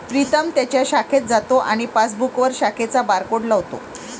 प्रीतम त्याच्या शाखेत जातो आणि पासबुकवर शाखेचा बारकोड लावतो